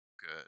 good